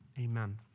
Amen